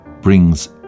brings